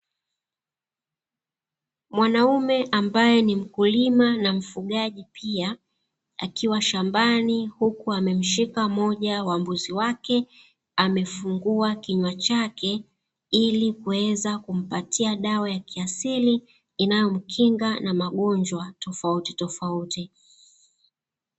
Mwanaume ambaye ni mkulima na mfugaji pia, akiwa shambani huku amemshika mmoja wa mbuzi wake amefungua kinywa chake ili kuweza kumpatia dawa ya kiasili inayomkinga na magonjwa tofautitofauti.